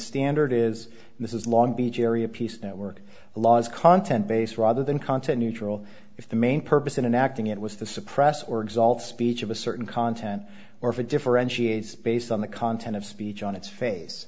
standard is this is long beach area peace network laws content based rather than content neutral if the main purpose in acting it was to suppress or exults speech of a certain content or if it differentiates based on the content of speech on its face